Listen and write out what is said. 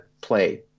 play